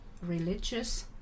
religious